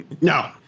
No